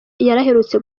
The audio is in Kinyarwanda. aherutse